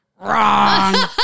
Wrong